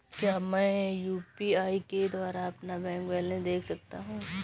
क्या मैं यू.पी.आई के द्वारा अपना बैंक बैलेंस देख सकता हूँ?